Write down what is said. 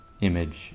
image